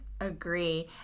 Agree